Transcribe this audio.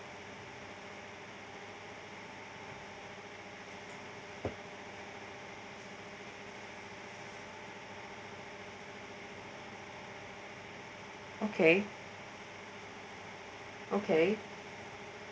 okay okay